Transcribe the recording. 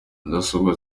mudasobwa